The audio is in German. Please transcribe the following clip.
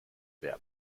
wer